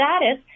status